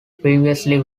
previously